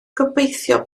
gobeithio